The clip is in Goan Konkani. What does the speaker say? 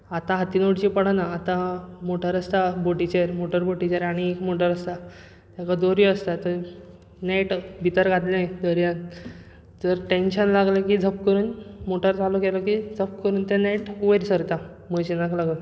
आतां हातान ओडची पडना आतां मोटर आसता बॉटीचेर मोटर बॉटीचेर आनी एक मोटर आसता ताका दोरी आसता थंय नॅट भितर घातलें दर्यांत जर टेंशन लागलें की जप्प करून मोटर चालू केलो की जप्प करून तें नॅट वयर सरतां मशिनाक लागून